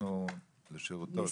אנחנו לשירותו.